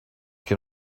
can